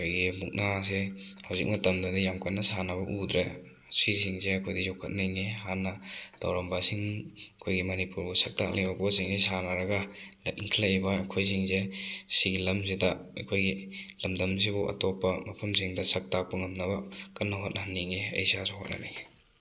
ꯑꯩꯈꯣꯏꯒꯤ ꯃꯨꯛꯅꯥꯁꯦ ꯍꯧꯖꯤꯛ ꯃꯇꯝꯗꯗꯤ ꯌꯥꯝ ꯀꯟꯅ ꯁꯥꯟꯅꯕ ꯎꯗ꯭ꯔꯦ ꯁꯤꯁꯤꯡꯁꯦ ꯑꯩꯈꯣꯏꯗꯤ ꯌꯣꯈꯠꯅꯤꯡꯉꯤ ꯍꯥꯟꯅ ꯇꯧꯔꯝꯕꯁꯤꯡ ꯑꯩꯈꯣꯏꯒꯤ ꯃꯅꯤꯄꯨꯔꯕꯨ ꯁꯛ ꯇꯥꯛꯂꯤꯕ ꯄꯣꯠꯁꯤꯡꯁꯤ ꯁꯥꯟꯅꯔꯒ ꯏꯟꯈꯠꯂꯛꯏꯕ ꯑꯩꯈꯣꯏꯁꯤꯡꯁꯦ ꯁꯤꯒꯤ ꯂꯝꯁꯤꯗ ꯑꯩꯈꯣꯏꯒꯤ ꯂꯝꯗꯝꯁꯤꯕꯨ ꯑꯇꯣꯞꯄ ꯃꯐꯝꯁꯤꯡꯗ ꯁꯛ ꯇꯥꯛꯄ ꯉꯝꯅꯕ ꯀꯟꯅ ꯍꯣꯠꯅꯍꯟꯅꯤꯡꯉꯤ ꯑꯩ ꯏꯁꯥꯁꯨ ꯍꯣꯠꯅꯅꯤꯡꯉꯤ